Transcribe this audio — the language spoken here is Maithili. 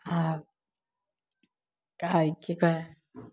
आ कहै की कहै है